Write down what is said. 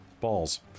Balls